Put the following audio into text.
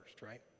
right